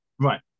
right